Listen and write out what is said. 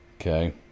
okay